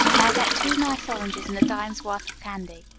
now get two nice oranges and a dime's worth of candy.